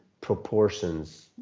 proportions